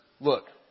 Look